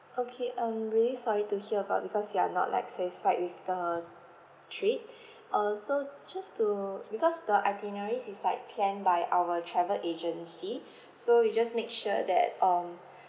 okay um really sorry to hear about because you are not like satisfied with the trip uh so just to because the itineraries is like planned by our travel agency so we just make sure that um